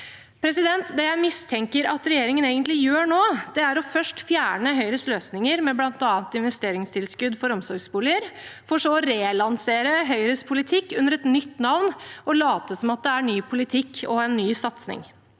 trygge. Det jeg mistenker at regjeringen egentlig gjør nå, er først å fjerne Høyres løsninger med bl.a. investeringstilskudd for omsorgsboliger, for så å relansere Høyres politikk under et nytt navn og late som at det er ny politikk og en ny satsing.